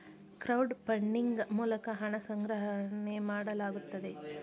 crowd funding ಮೂಲಕ ಹಣ ಸಂಗ್ರಹಣೆ ಮಾಡಲಾಗುತ್ತದೆ